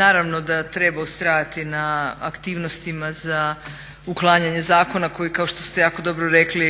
Naravno da treba ustrajati na aktivnostima za uklanjanje zakona koji kao što ste jako dobro rekli